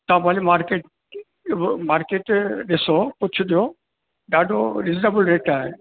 तव्हां भली market market ॾिसो पुछिजो ॾाढो रिज़नेबल रेट आहे